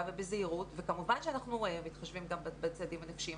ובזהירות וכמובן שאנחנו מתחשבים גם בצדדים הנפשיים.